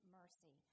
mercy